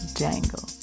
jangle